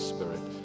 Spirit